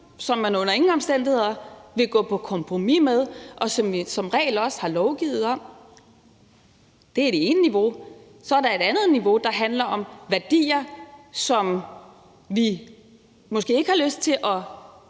som man under ingen omstændigheder vil gå på kompromis med, og som vi som regel også har lovgivet om. Det er det ene niveau. Så er der et andet niveau, der handler om værdier, som vi måske ikke har lyst til at